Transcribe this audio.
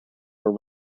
were